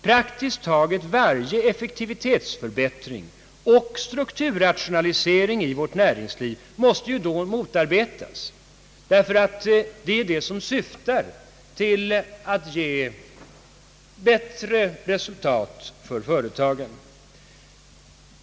Praktiskt taget varje effektivitetsförbättring och strukturrationalisering i vårt näringsliv måste ju då motarbetas, ty de syftar ju till att ge bättre resultat för företagen.